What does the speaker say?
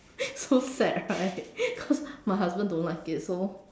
so sad right cause my husband don't like it so